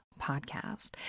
podcast